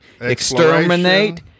Exterminate